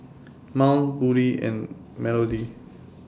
Mont Buddy and Melodee